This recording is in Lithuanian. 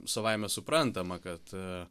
savaime suprantama kad